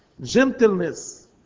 gentleness